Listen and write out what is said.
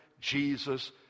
Jesus